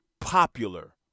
popular